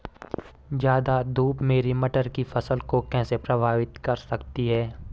ज़्यादा धूप मेरी मटर की फसल को कैसे प्रभावित कर सकती है?